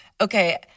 okay